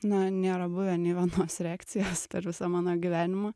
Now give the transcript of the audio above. na nėra buvę nei vienos reakcijos per visą mano gyvenimą